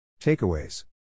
Takeaways